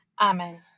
Amen